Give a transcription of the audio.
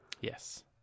Yes